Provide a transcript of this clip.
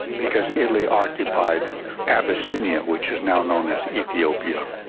because italy occupied abyssinia, which is now known as ethiopia.